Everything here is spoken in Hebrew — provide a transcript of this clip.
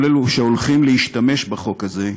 כל אלו שהולכים להשתמש בחוק זה: